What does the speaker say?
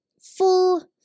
full